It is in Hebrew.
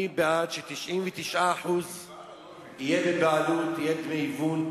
אני בעד ש-99% יהיה בבעלות, יהיה דמי היוון,